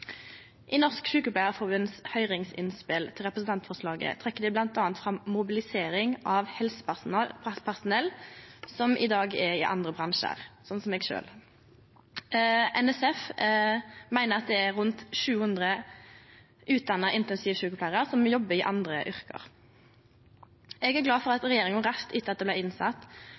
I høyringsinnspelet frå Sjukepleiarforbundet til representantforslaget trekkjer dei bl.a. fram mobilisering av helsepersonell som i dag jobbar i andre bransjar, som meg sjølv. Sjukepleiarforbundet meiner at det er rundt 700 utdanna intensivsjukepleiarar som jobbar i andre yrker. Eg er glad for at regjeringa raskt etter at ho blei innsett,